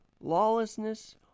lawlessness